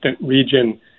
region